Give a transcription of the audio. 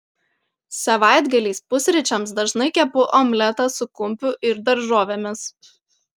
savaitgaliais pusryčiams dažnai kepu omletą su kumpiu ir daržovėmis